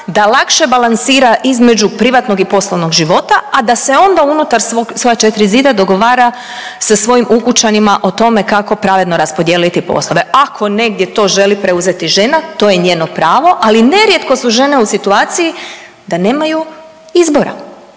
da lakše balansira između privatnog i poslovnog života, a da se onda unutar svoja 4 zida dogovara sa svojim ukućanima o tome kako pravilno raspodijeliti poslove. Ako to negdje to želi preuzeti žena, to je njeno pravo, ali nerijetko su žene u situaciji da nemaju izbora